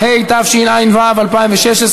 רוחני, ובלעדי הקיום הרוחני כפי שנמסר